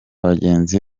bagenzi